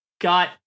got